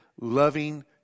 loving